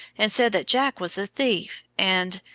and said that jack was a thief and